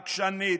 עקשנית,